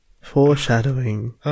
Foreshadowing